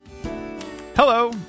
Hello